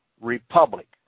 republic